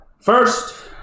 First